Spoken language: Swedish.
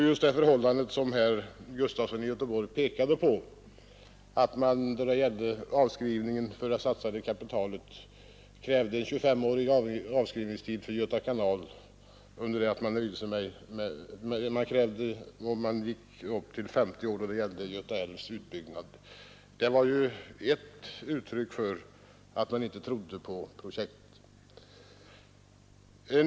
Just det förhållandet, som herr Gustafson i Göteborg pekade på, att man då det gällde avskrivningen på det satsade kapitalet krävde 25 års avskrivningstid för Göta kanal under det att man gick upp till 40 år för Göta älvs utbyggnad, var ett uttryck för att man inte trodde på projektet.